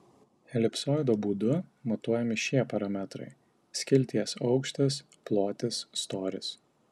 elipsoido būdu matuojami šie parametrai skilties aukštis plotis storis